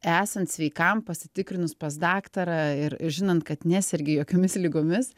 esant sveikam pasitikrinus pas daktarą ir žinant kad nesergi jokiomis ligomis